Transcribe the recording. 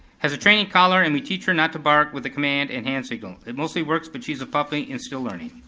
has a training collar and we teach her not to bark with the command and hand signal. it mostly works but she's a puppy and still learning.